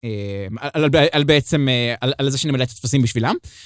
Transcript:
על בעצם, על איזה שנה מלא תופסים בשבילם.